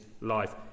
life